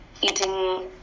Eating